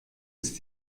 ist